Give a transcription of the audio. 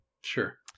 Sure